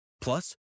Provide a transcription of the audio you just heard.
Plus